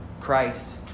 Christ